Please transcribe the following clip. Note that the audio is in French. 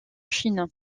chine